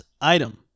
item